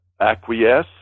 acquiesce